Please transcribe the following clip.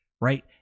right